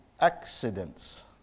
accidents